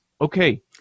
Okay